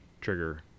trigger